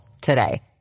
today